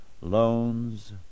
loans